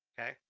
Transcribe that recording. Okay